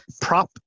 prop